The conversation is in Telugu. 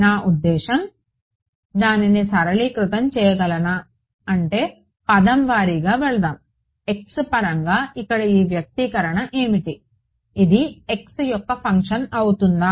నా ఉద్దేశ్యం నేను దానిని సరళీకృతం చేయగలనా అంటే పదం వారీగా వెళ్దాం x పరంగా ఇక్కడ ఈ వ్యక్తీకరణ ఏమిటి ఇది x యొక్క ఫంక్షన్ అవుతుందా